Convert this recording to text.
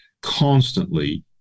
constantly